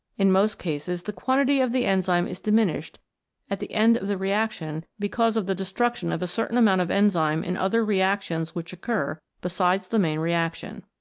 in most cases the quantity of the enzyme is diminished at the end of the reaction because of the destruction of a certain amount of enzyme in other reactions which occur besides the main reaction.